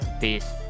peace